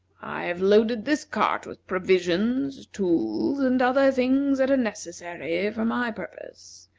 i have loaded this cart with provisions, tools, and other things that are necessary for my purpose,